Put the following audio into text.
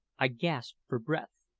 i gasped for breath,